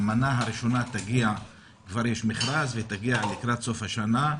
יש מכרז והמנה הראשונה תגיע לקראת סוף השנה,